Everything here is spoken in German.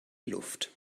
luft